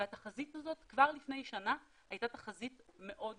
והתחזית הזאת כבר לפני שנה הייתה תחזית מאוד נמוכה.